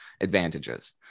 advantages